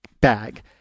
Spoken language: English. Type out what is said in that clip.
bag